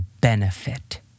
benefit